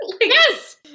Yes